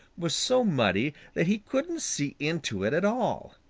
was so muddy that he couldn't see into it at all.